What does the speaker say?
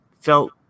felt